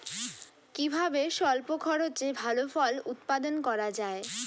কিভাবে স্বল্প খরচে ভালো ফল উৎপাদন করা যায়?